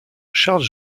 charles